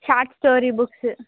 short story books